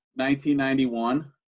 1991